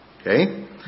Okay